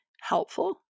helpful